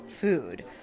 food